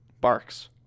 barks